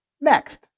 next